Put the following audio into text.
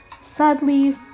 Sadly